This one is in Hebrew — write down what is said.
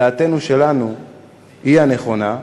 דעתנו שלנו היא הנכונה.